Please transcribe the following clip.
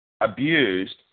abused